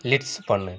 Glitz பண்ணு